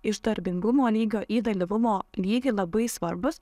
iš darbingumo lygio į dalyvumo lygį labai svarbus